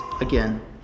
again